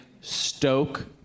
stoke